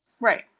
Right